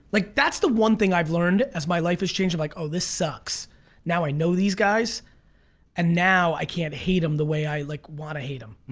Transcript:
like that's the one thing i've learned as my life has changed like oh this sucks now i know these guys and now i can't hate them the way i like wanna hate them.